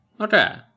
Okay